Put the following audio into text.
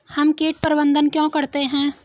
हम कीट प्रबंधन क्यों करते हैं?